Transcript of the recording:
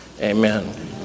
amen